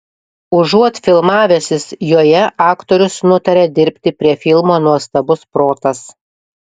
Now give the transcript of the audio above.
užuot filmavęsis joje aktorius nutarė dirbti prie filmo nuostabus protas